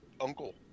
uncle